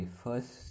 first